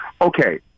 Okay